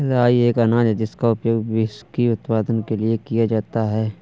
राई एक अनाज है जिसका उपयोग व्हिस्की उत्पादन के लिए किया जाता है